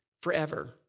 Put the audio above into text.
forever